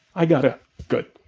i got a good.